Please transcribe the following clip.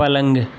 पलंग